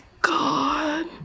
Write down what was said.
God